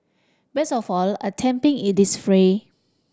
best of all attempting it is free